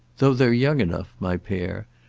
though they're young enough, my pair,